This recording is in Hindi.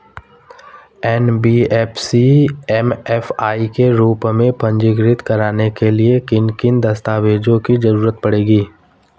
एन.बी.एफ.सी एम.एफ.आई के रूप में पंजीकृत कराने के लिए किन किन दस्तावेजों की जरूरत पड़ेगी?